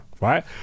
Right